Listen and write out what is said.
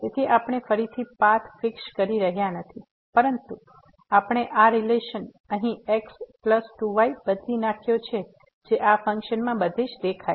તેથી આપણે ફરીથી પાથ ફિક્ષ કરી રહ્યા નથી પરંતુ આપણે આ રીલેશન અહીં x પ્લસ 2 y બદલી નાખ્યો છે જે આ ફંક્શનમાં બધેજ દેખાય છે